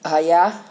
err yeah